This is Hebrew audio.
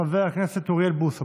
חבר הכנסת אוריאל בוסו,